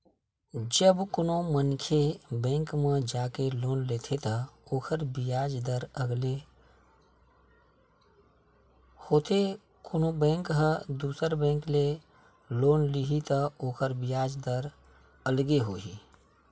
जब कोनो मनखे बेंक म जाके लोन लेथे त ओखर बियाज दर अलगे होथे कोनो बेंक ह दुसर बेंक ले लोन लिही त ओखर बियाज दर अलगे होही